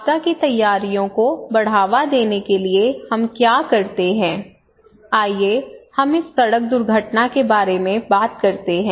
आपदा की तैयारियों को बढ़ावा देने के लिए हम क्या करते हैं आइए हम इस सड़क दुर्घटना के बारे में बात करते हैं